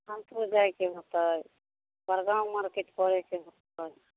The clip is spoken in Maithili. पूर जाइके होतै बड़गाँव मार्केट करैके होतै